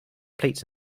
plates